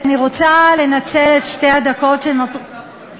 אני רוצה לנצל את שתי הדקות שנותרו לי,